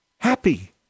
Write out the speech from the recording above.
Happy